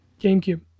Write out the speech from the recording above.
GameCube